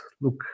look